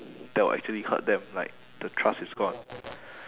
that will actually hurt them like the trust is gone